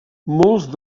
molts